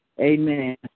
amen